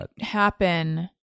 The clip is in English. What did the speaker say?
happen